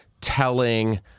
telling